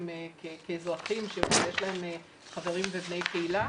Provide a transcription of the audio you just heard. כאזרחים שיש להם חברים ובני קהילה.